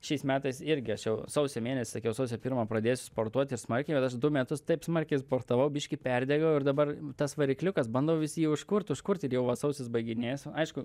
šiais metais irgi aš jau sausio mėnesį sakiau sausio pirmą pradėsiu sportuot ir smarkiai bet aš du metus taip smarkiai sportavau biškį perdegiau ir dabar tas varikliukas bandau vis jį užkurt užkurt ir jau va sausis baiginėjasi aišku